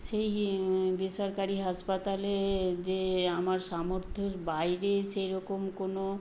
সেই বেসরকারি হাসপাতালে যে আমার সামর্থ্যের বাইরে সেরকম কোনো